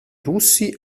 russi